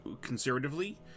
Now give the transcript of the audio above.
conservatively